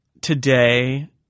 today